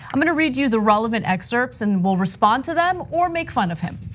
i'm gonna read you the relevant excerpts, and we'll respond to them or make fun of him.